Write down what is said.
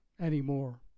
anymore